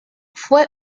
fue